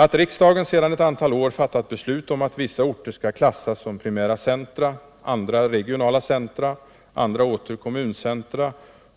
Att riksdagen för ett antal år sedan fattat beslut om att vissa orter skall klassas som primära centra, andra som regionala centra, andra åter som kommuncentra